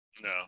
No